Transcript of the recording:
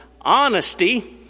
honesty